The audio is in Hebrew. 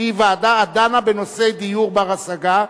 שהיא ועדה הדנה בנושאי דיור בר-השגה.